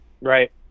Right